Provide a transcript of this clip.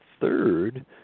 third